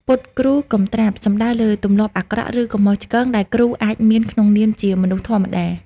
«ពុតគ្រូកុំត្រាប់» សំដៅលើទម្លាប់អាក្រក់ ឬកំហុសឆ្គងដែលគ្រូអាចមានក្នុងនាមជាមនុស្សធម្មតា។